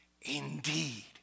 Indeed